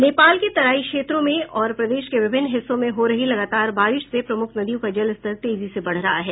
नेपाल के तराई क्षेत्रों में और प्रदेश के विभिन्न हिस्सों में हो रही लगातार बारिश से प्रमुख नदियों का जलस्तर तेजी से बढ़ रहा है